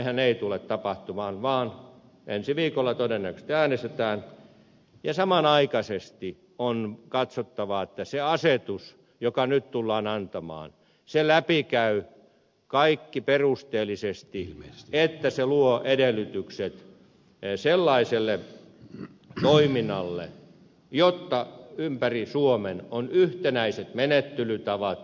näinhän ei tule tapahtumaan vaan ensi viikolla todennäköisesti äänestetään ja samanaikaisesti on katsottava että se asetus joka nyt tullaan antamaan on läpikäyty perusteellisesti niin että se luo edellytykset sellaiselle toiminnalle jotta ympäri suomen on yhtenäiset menettelytavat